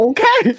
Okay